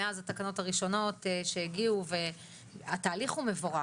מאז התקנות הראשונות שהגיעו - הוא מבורך.